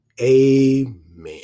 Amen